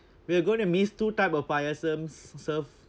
we're gonna miss two type of serve